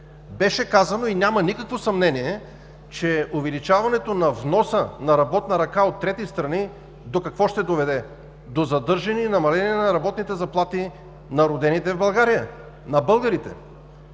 Беше казано и няма никакво съмнение увеличаването на вноса на работна ръка от трети страни до какво ще доведе. До задържане и намаление на работните заплати на родените в България, на българите.